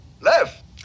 left